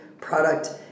product